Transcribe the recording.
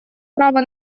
права